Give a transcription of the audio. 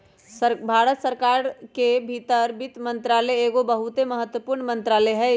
भारत सरकार के भीतर वित्त मंत्रालय एगो बहुते महत्वपूर्ण मंत्रालय हइ